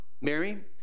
Mary